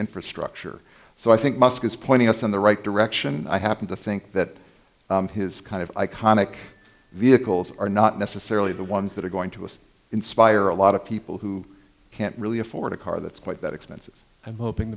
infrastructure so i think musk is pointing us in the right direction i happen to think that his kind of iconic vehicles are not necessarily the ones that are going to inspire a lot of people who can't really afford a car that's quite that expensive and hoping